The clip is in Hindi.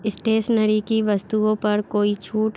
स्टेशनरी की वस्तुओं पर कोई छूट